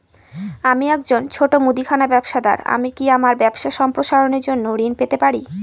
আমি একজন ছোট মুদিখানা ব্যবসাদার আমি কি আমার ব্যবসা সম্প্রসারণের জন্য ঋণ পেতে পারি?